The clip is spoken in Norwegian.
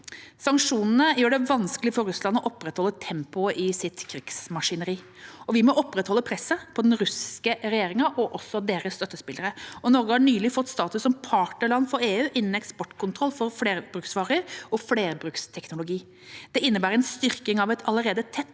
Sanksjonene gjør det vanskelig for Russland å opprettholde tempoet i sitt krigsmaskineri, og vi må opprettholde presset på den russiske regjeringa og dens støttespillere. Norge har nylig fått status som partnerland for EU innen eksportkontroll for flerbruksvarer og flerbruks teknologi. Det innebærer en styrking av et allerede tett